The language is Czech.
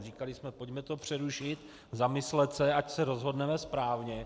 Říkali jsme, pojďme to přerušit, zamyslet se, ať se rozhodneme správně.